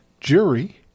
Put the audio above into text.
jury